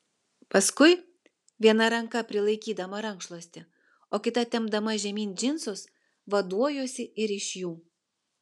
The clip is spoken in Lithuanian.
paskui viena ranka prilaikydama rankšluostį o kita tempdama žemyn džinsus vaduojuosi ir iš jų